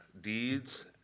deeds